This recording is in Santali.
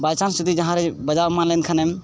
ᱡᱩᱫᱤ ᱡᱟᱦᱟᱸᱨᱮ ᱵᱟᱡᱟᱣ ᱮᱢᱟᱱ ᱞᱮᱱᱠᱷᱟᱱᱮᱢ